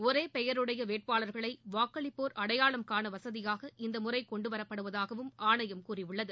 ஒரே பெயருடைய வேட்பாளர்களை வாக்களிப்போர் அடையாளம்காண வசதியாக இந்தமுறை கொண்டுவரப்படுவதாகவும் ஆணையம் கூறியுள்ளது